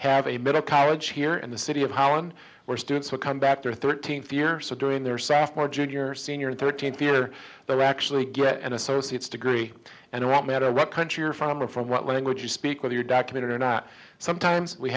have a bit of college here in the city of holland where students would come back their thirteenth year so during their sophomore junior senior thirteenth year they actually get an associate's degree and it won't matter what country you're from or from what language you speak with your documented or not sometimes we